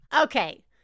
Okay